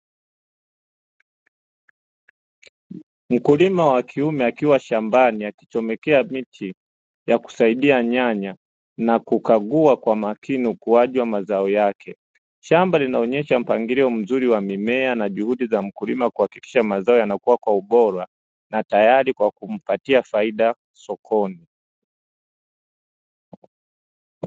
Mkulima wa kiume akiwa shambani akichomekea miti ya kusaidia nyanya na kukagua kwa makini ukuaji wa mazao yake, shamba linaonyesha mpangilio mzuri wa mimea na juhudi za mkulima kuhakikisha mazao yanakua kwa ubora na tayari kwa kumpatia faida sokoni.